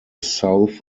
south